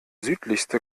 südlichste